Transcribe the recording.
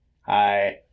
Hi